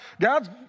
God's